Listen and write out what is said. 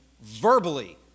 verbally